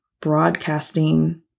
broadcasting